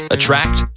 Attract